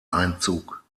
einzug